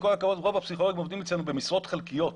עם כל הכבוד רוב הפסיכולוגים אצלנו עובדים במשרות חלקיות,